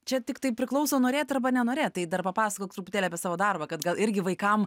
čia tiktai priklauso norėt arba nenorėt tai dar papasakok truputėlį apie savo darbą kad gal irgi vaikam